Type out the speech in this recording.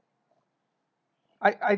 I I